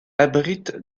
abrite